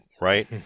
Right